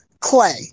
clay